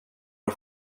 och